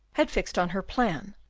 had fixed on her plan,